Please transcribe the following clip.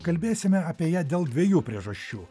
kalbėsime apie ją dėl dviejų priežasčių